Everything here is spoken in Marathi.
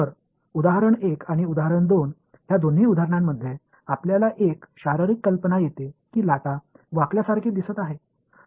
तर उदाहरण 1 आणि उदाहरण 2 या दोन्ही उदाहरणांमध्ये आपल्याला एक शारीरिक कल्पना येते की लाटा वाकल्यासारखे दिसत आहेत